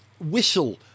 whistle